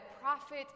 Prophet